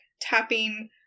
tapping